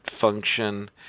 function